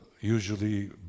usually